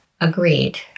agreed